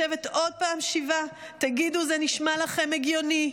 לשבת עוד פעם שבעה, תגידו, זה נשמע לכם הגיוני?